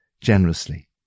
generously